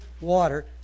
water